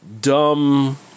Dumb